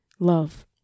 Love